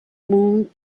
moved